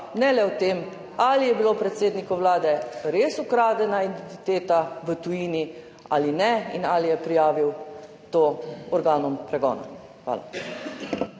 ne le o tem, ali je bila predsedniku Vlade res ukradena identiteta v tujini ali ne in ali je prijavil to organom pregona. Hvala.